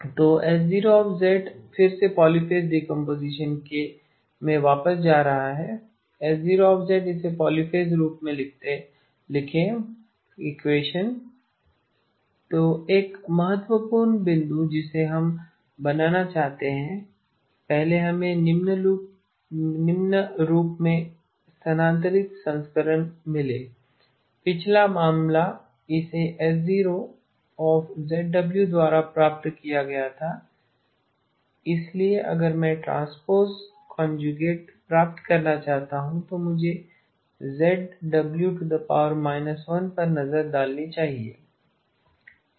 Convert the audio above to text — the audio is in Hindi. तो H0 फिर से पॉलीपेज़ डीकम्पोसिशन में वापस जा रहा है H0 इसे पॉलीपेज रूप में लिखें तो एक महत्वपूर्ण बिंदु जिसे हम बनाना चाहते हैं पहले हमें निम्न रूप से स्थानांतरित संस्करण मिले पिछला मामला इसे H0 द्वारा प्राप्त किया गया था इसलिए अगर मैं ट्रांसपोज़ कॉनज्युगेट प्राप्त करना चाहता हूं तो मुझे zW 1 पर नजर डालनी चाहिए